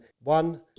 one